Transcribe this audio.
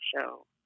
show